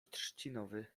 trzcinowy